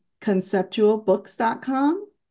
conceptualbooks.com